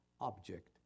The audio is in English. object